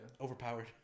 overpowered